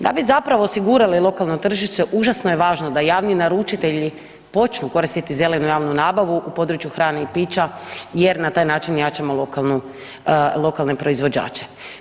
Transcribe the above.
Da bi zapravo osigurali lokalno tržište užasno je važno, da važno da javni naručitelji počnu koristiti zelenu javnu nabavu u području hrane i pića jer na taj način jačamo lokalne proizvođače.